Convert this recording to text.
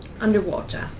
Underwater